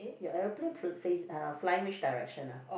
your aeroplane f~ face uh flying which direction ah